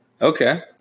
okay